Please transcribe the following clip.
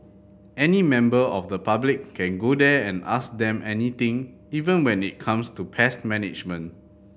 any member of the public can go there and ask them anything even when it comes to pest management